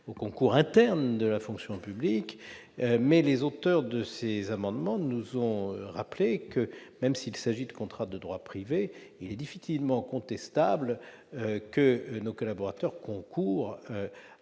aux concours internes de la fonction publique. Mais les auteurs de ces amendements nous ont rappelé que, même s'il s'agit de contrats de droit privé, il est difficilement contestable que nos collaborateurs concourent